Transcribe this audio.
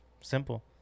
simple